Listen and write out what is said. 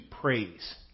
praise